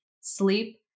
Sleep